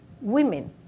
women